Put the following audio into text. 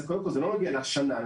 אז קודם כל זה לא נוגע לשנה הנוכחית,